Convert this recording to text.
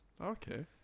Okay